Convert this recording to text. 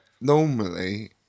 normally